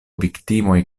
viktimoj